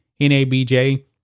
NABJ